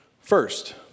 First